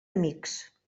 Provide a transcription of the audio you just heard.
amics